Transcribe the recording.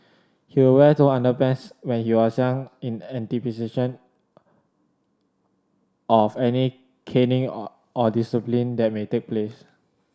he would wear two underpants when he was young in anticipation of any caning or or disciplining that may take place